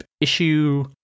issue